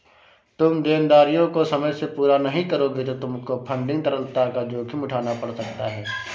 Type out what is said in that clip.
तुम देनदारियों को समय से पूरा नहीं करोगे तो तुमको फंडिंग तरलता का जोखिम उठाना पड़ सकता है